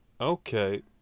Okay